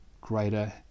greater